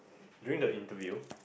during the interview